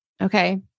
okay